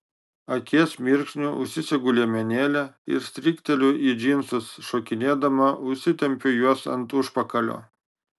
akies mirksniu užsisegu liemenėlę ir strykteliu į džinsus šokinėdama užsitempiu juos ant užpakalio